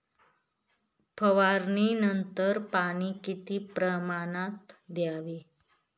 फवारणीनंतर पाणी किती प्रमाणात द्यावे?